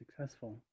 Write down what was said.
successful